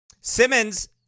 Simmons